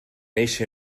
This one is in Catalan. eixe